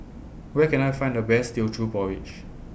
Where Can I Find The Best Teochew Porridge